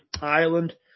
Ireland